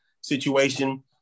situation